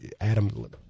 Adam